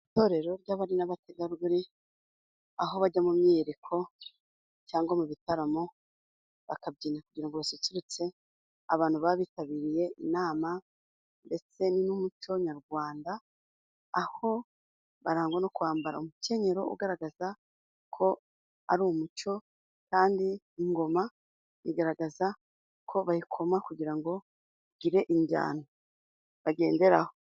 Itorero ry'abari n'abategarugori, aho bajya mu myiyereko cyangwa mu bitaramo bakabyina, kugira basusururutse abantu baba bitabiriye inama ndetse n'umuco nyarwanda, aho barangwa no kwambara umukenyero ugaragaza ko ari umuco, kandi ingoma igaragaza ko bayikoma kugira ngo bagire injyana bagenderaho.